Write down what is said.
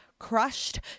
crushed